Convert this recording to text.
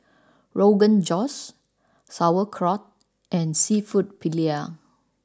Rogan Josh Sauerkraut and Seafood Paella